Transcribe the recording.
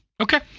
okay